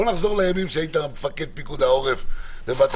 בוא נחזור לימים שהיית מפקד פיקוד העורף ובאת